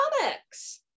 comics